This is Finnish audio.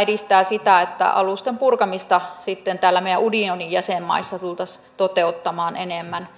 edistää sitä sitä että alusten purkamista sitten täällä meidän unionin jäsenmaissa tultaisiin toteuttamaan enemmän